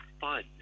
fun